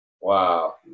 Wow